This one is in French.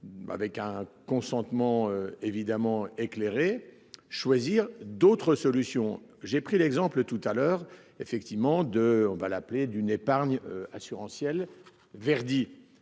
Avec un consentement évidemment éclairé choisir d'autres solutions. J'ai pris l'exemple tout à l'heure effectivement de on va l'appeler d'une épargne assurantiel Verdi.